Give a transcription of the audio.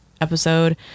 episode